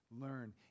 learn